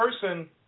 person